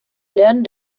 lärm